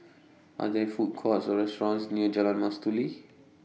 Are There Food Courts Or restaurants near Jalan Mastuli